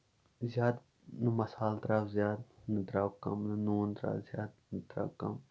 زیادٕ مَسالہٕ تراوٕ زیادٕ نہ تراوٕ کَم نہ نوٗن تراوٕ زیادٕ نہ تراوٕ کَم